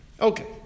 Okay